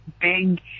big